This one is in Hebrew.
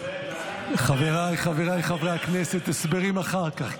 ------ חבריי חברי הכנסת, הסברים אחר כך.